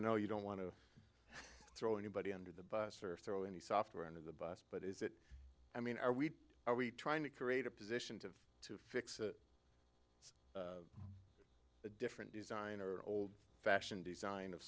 know you don't want to throw anybody under the bus or throw any software under the bus but is that i mean are we are we trying to create a position to to fix the different design or old fashioned design of